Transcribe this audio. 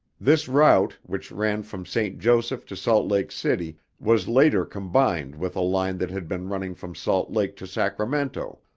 this route, which ran from st. joseph to salt lake city, was later combined with a line that had been running from salt lake to sacramento,